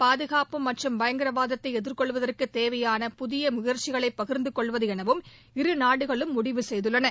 பாதுகாப்பு மற்றும் பயங்கரவாதத்தை எதிர்கொள்வதற்குத் தேவையான புதிய முயற்சிகளை பகிர்ந்து கொள்வது எனவும் இரு நாடுகளும் முடிவு செய்துள்ளன